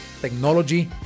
technology